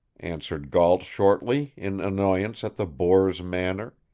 answered gault shortly, in annoyance at the boor's manner.